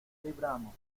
libramos